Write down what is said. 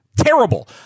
Terrible